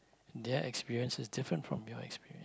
their experience is different from your experience